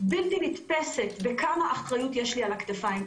בלתי נתפסת בכמה אחריות יש לי על הכתפיים.